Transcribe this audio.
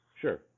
Sure